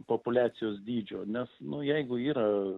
populiacijos dydžio nes nu jeigu yra